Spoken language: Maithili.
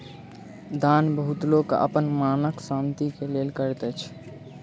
दान बहुत लोक अपन मनक शान्ति के लेल करैत अछि